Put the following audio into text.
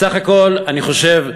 בסך הכול אני חושב,